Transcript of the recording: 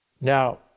Now